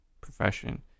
profession